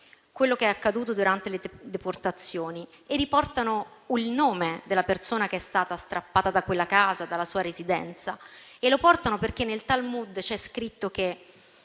quello che è accaduto durante le deportazioni e riportano il nome della persona che è stata strappata da quella casa, dalla sua residenza. Lo riportano perché nel *Talmud* c'è scritto che,